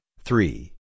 three